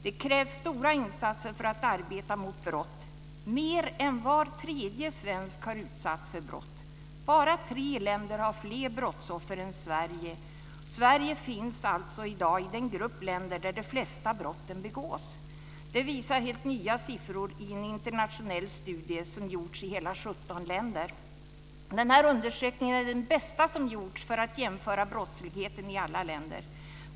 Det krävs stora insatser för att arbeta mot brott. Mer än var tredje svensk har utsatts för brott. Bara tre länder har fler brottsoffer än Sverige. Sverige finns alltså i dag i den grupp länder där de flesta brotten begås. Det visar helt nya siffror i en internationell studie som gjorts i hela 17 länder. "Den här undersökningen är den bästa som gjorts för att jämföra brottsligheten i alla länder.